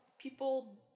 people